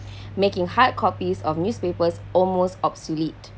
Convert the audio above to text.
making hard copies of newspapers almost obsolete